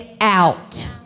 out